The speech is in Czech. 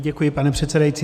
Děkuji, pane předsedající.